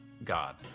God